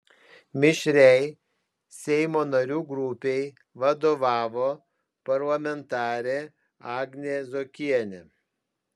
mišriai seimo narių grupei vadovavo parlamentarė agnė zuokienė